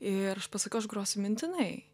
ir aš pasakiau aš grosiu mintinai